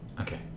okay